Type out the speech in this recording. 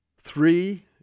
three